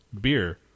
beer